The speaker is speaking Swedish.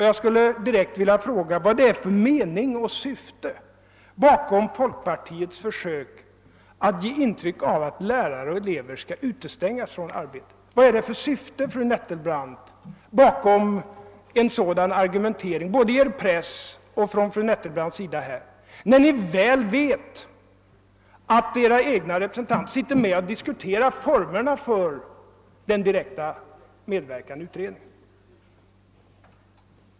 Jag skulle direkt vilja fråga vad det är för mening och syfte bakom folkpartiets försök att ge intryck av att lärare och elever skall utestängas från arbetet. Vad är det för syfte, fru Nettelbrandt, bakom en sådan argumentering både i er press och från fru Nettelbrandts sida, när ni mycket väl vet att era egna representanter sitter med och diskuterar formerna för den direkta medverkan i utredningen?